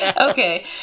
Okay